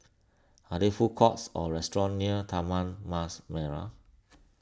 are there food courts or restaurants near Taman Mas Merah